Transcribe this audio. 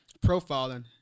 profiling